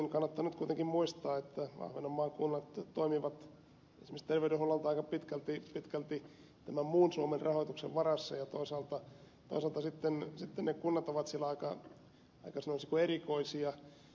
kannattaa nyt kuitenkin muistaa että ahvenanmaan kunnat toimivat esimerkiksi terveydenhuolloltaan aika pitkälti tämän muun suomen rahoituksen varassa ja toisaalta sitten ne kunnat ovat siellä aika sanoisinko erikoisia